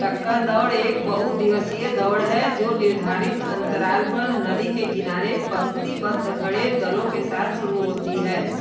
टक्कर दौड़ एक बहु दिवसीय दौड़ है जो निर्धारित अन्तराल पर नदी के किनारे पंक्तिबद्ध खड़े दलों के साथ शुरू होती है